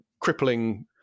crippling